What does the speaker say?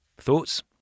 Thoughts